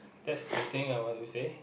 that's the thing I want to say